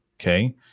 Okay